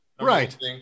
right